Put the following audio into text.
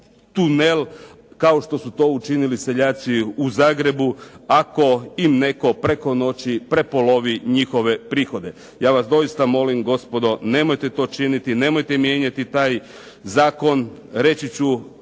tunel kao što su to učinili seljaci u Zagrebu, ako im netko preko noći prepolovi njihove prihode. Ja vas doista molim, gospodo, nemojte to činiti, nemojte mijenjati taj zakon. Reći ću,